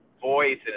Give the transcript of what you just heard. voice